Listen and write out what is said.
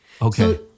Okay